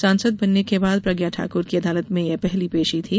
सांसद बनने के बाद प्रज्ञा ठाकुर की अदालत में यह पहली पेशी थी